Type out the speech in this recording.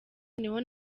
niho